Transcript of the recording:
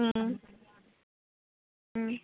ம் ம் ம்